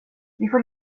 får